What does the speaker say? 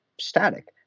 static